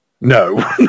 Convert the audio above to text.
No